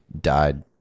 died